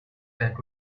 that